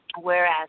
Whereas